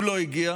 הוא לא הגיע,